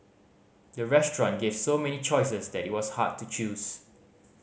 the restaurant gave so many choices that it was hard to choose